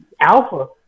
Alpha